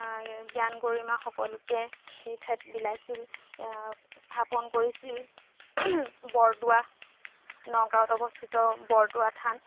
জ্ঞান গৰিমা সকলোকে সেই ঠাইত বিলাইছিল স্থাপন কৰিছিল বৰদোৱা নগাঁৱত অৱস্থিত বৰদোৱা থান